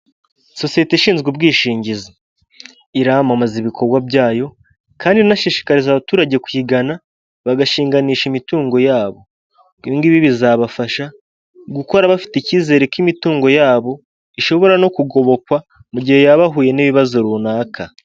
Sosiyete ishinzwe ubwishingizi iramamaza ibikorwa byayo kandi inashishikariza abaturage kuyigana bagashinganisha imitungo y'abo, ingibi bizabafasha gukora bafite icyizere ko imitungo y'abo ishobora no kugobokwa mu gihe yaba yahuye n'ibibazo runaka.